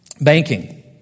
Banking